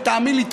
ותאמין לי,